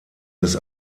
des